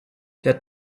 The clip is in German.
der